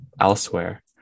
elsewhere